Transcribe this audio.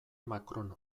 macron